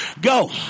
Go